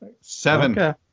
seven